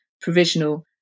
provisional